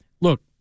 look